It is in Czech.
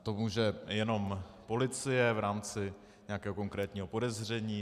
To může jenom policie v rámci nějakého konkrétního podezření.